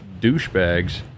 douchebags